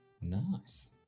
nice